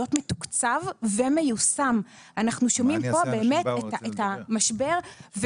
בשוק הפרטי זה 400. אני לא מדברת על השוק הפרטי -- בסדר,